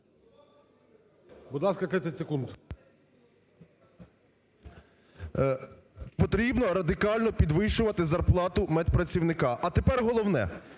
…потрібно радикально підвищувати зарплату медпрацівника. А тепер головне,